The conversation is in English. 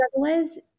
otherwise